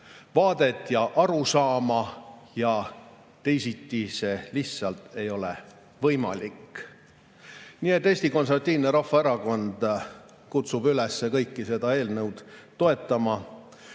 vaadet ja arusaama. Teisiti see lihtsalt ei ole võimalik. Nii et Eesti Konservatiivne Rahvaerakond kutsub üles kõiki seda eelnõu toetama.